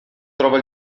trova